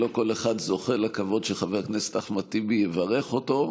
לא כל אחד זוכה לכבוד שחבר הכנסת אחמד טיבי יברך אותו,